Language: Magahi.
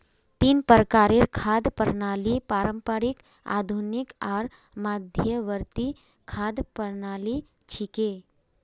तीन प्रकारेर खाद्य प्रणालि पारंपरिक, आधुनिक आर मध्यवर्ती खाद्य प्रणालि छिके